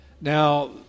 Now